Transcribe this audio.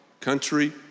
country